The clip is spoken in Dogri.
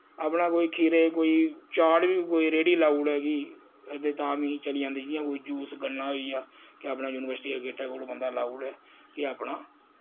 अपना कोई खीरे कोई चाट बी कोई रेड़ी लाऊड़ै कि ते तां बी चली जन्दी जि'यां कोई जूस गन्ना होइया कि अपना यूनिवस्टी दे गेटे कोल बंदा लाऊड़ै कि अपना